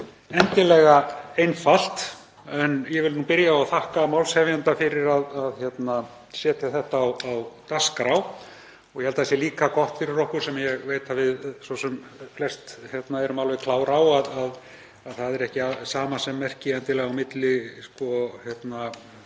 endilega einfalt. En ég vil byrja á að þakka málshefjanda fyrir að setja þetta á dagskrá og ég held að það sé líka gott fyrir okkur að muna, sem ég veit að við svo sem flest erum alveg klár á, að það er ekki samasemmerki á milli starfa